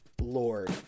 lord